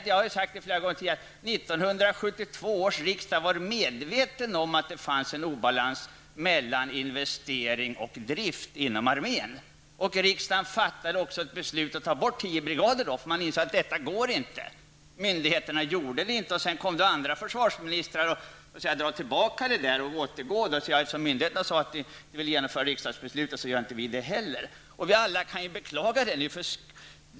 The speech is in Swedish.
Jag har flera gånger tidigare påpekat att 1972 års riksdag var medveten om att det fanns en obalans mellan investering och drift inom armén. Riksdagen fattade också ett beslut om att ta bort tio brigader, eftersom man insåg att det inte gick ihop. Myndigheterna genomförde inte detta, och sedan kom andra försvarsministrar och godtog myndigheternas ovilja att genomföra riksdagsbeslutet. Vi kan alla nu beklaga detta.